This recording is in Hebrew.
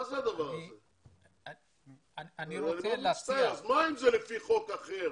אני מאוד מצטער, אז מה אם זה לפי חוק אחר